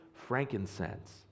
frankincense